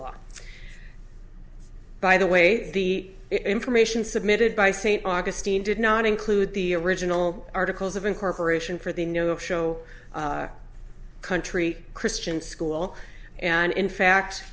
law by the way the information submitted by st augustine did not include the original articles of incorporation for the no show country christian school and in fact